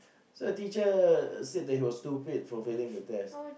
so the teacher said that he was stupid for failing the test